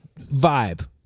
vibe